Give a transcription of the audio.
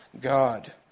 God